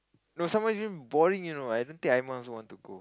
no during boring you know I don't think everyone also want to go